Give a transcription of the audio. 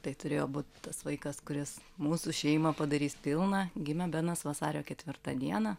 tai turėjo būt tas vaikas kuris mūsų šeimą padarys pilną gimė benas vasario ketvirtą dieną